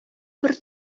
бер